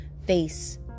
face